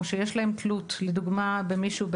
או שיש להם תלות לדוגמה במישהו,